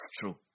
true